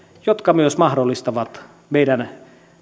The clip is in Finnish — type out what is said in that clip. jotka myös mahdollistavat meidän